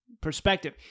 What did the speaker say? perspective